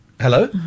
hello